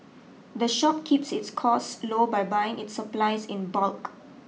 the shop keeps its costs low by buying its supplies in bulk